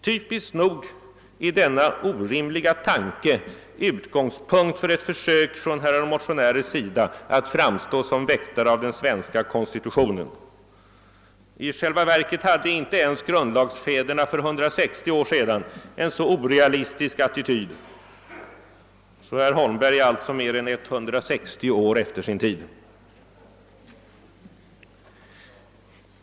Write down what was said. Typiskt nog är denna orimliga tanke utgångspunkt för ett försök från herrar motionärers sida att framstå som väktare av den svenska konstitutionen. I själva verket hade inte ens »grundlagsfäderna» för 160 år sedan en så orealistisk attityd. Herr Holmberg är alltså mer än 160 år efter sin tid.